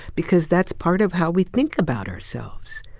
because that's part of how we think about ourselves.